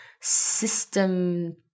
system